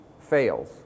fails